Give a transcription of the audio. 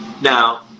Now